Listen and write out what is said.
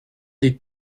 des